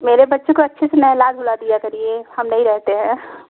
मेरे बच्चे को अच्छे से नहला धुला दिया करिए हम नहीं रहते हैं